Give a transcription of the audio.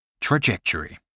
Trajectory